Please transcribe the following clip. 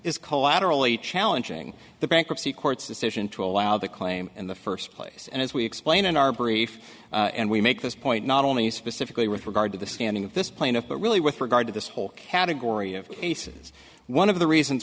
is collaterally challenging the bankruptcy court's decision to allow the claim in the first place and as we explained in our brief and we make this point not only specifically with regard to the standing of this plaintiff but really with regard to this whole category of cases one of the reasons